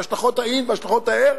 והשלכות אהין והשלכות אהער,